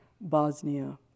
Bosnia